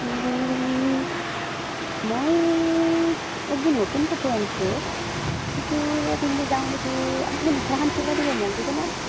মই এযোৰ নতুন কাপোৰ আনছোঁ সেইযোৰ পিন্ধি যাওঁ নেকি আপুনি মেখেলাখখন চিলাই দিব মোক দিবনে